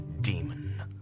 demon